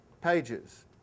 pages